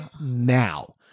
now